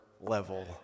level